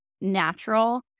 natural